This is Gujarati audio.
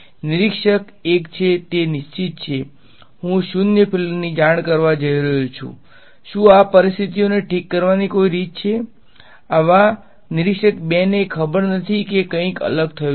નિરીક્ષક ૧ છે તે નિશ્ચિત છે હું શૂન્ય ફિલ્ડની જાણ કરવા જઈ રહ્યો છું શું આ પરિસ્થિતિઓને ઠીક કરવાની કોઈ રીત છે આવા નિરીક્ષક ૨ ને ખબર નથી કે કંઇક અલગ થયું છે